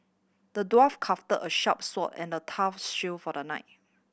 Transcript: the dwarf crafted a sharp sword and a tough shield for the knight